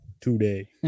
today